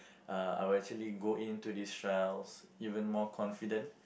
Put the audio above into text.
uh I would actually go into these trials even more confident